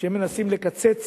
שהם מנסים לקצץ